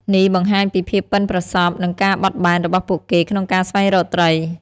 នេះបង្ហាញពីភាពប៉ិនប្រសប់និងការបត់បែនរបស់ពួកគេក្នុងការស្វែងរកត្រី។